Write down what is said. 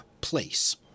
place